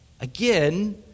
Again